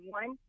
one